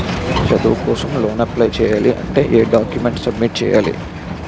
చదువు కోసం loan apply చేయాలి అంటే ఎం డాక్యుమెంట్స్ సబ్మిట్ చేయాలి?